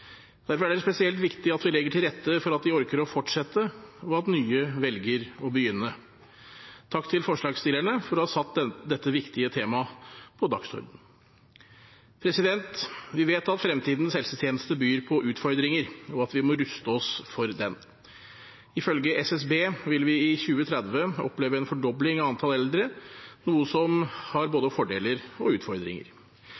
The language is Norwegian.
Derfor er det spesielt viktig at vi legger til rette for at de orker å fortsette, og at nye velger å begynne. Takk til forslagsstillerne for å ha satt dette viktige temaet på dagsordenen. Vi vet at fremtidens helsetjeneste byr på utfordringer, og at vi må ruste oss for den. Ifølge SSB vil vi i 2030 oppleve en fordobling av antall eldre, noe som